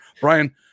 Brian